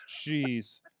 jeez